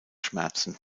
schmerzen